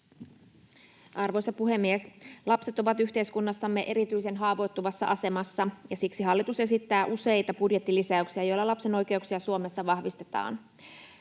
Arvoisa puhemies! Lapset ovat yhteiskunnassamme erityisen haavoittuvassa asemassa, ja siksi hallitus esittää useita budjettilisäyksiä, joilla lapsen oikeuksia Suomessa vahvistetaan.